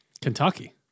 Kentucky